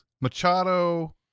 machado